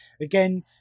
again